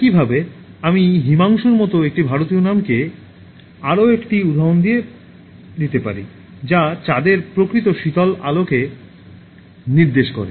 একইভাবে আমি হিমাংশুর মতো একটি ভারতীয় নামকে আরও একটি উদাহরণ দিতে পারি যা চাঁদের প্রকৃত শীতল আলোকে নির্দেশ করে